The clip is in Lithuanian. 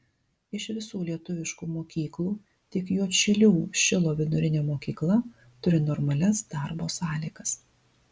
iš visų lietuviškų mokyklų tik juodšilių šilo vidurinė mokykla turi normalias darbo sąlygas